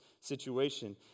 situation